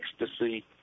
ecstasy